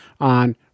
on